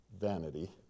vanity